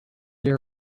year